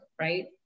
right